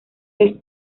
los